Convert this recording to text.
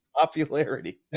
popularity